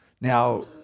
now